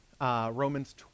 Romans